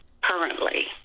currently